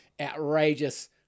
outrageous